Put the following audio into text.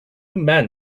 men